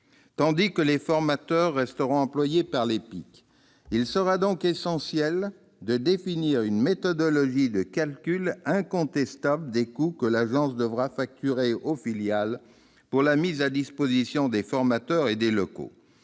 tandis que les formateurs resteront employés par l'EPIC. Il sera donc essentiel de définir une méthodologie de calcul incontestable des coûts que l'Agence devra facturer aux filiales pour la mise à disposition des formateurs et des locaux,